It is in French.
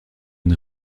une